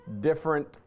different